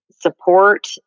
support